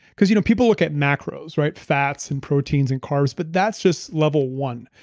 because you know people look at macros, right? fats and proteins and carbs, but that's just level one.